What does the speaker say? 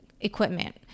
equipment